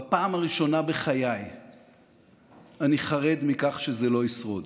בפעם הראשונה בחיי אני חרד מכך שזה לא ישרוד.